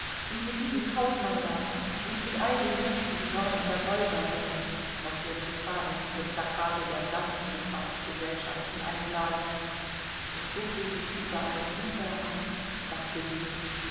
und mit diesem kaufmann da und mit all den menschen die dort an der wolga wohnen auf der zu fahren diese plakate der dampfschiffahrtsgesellschaften einladen und so geht es überall überall dachte sie